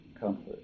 comfort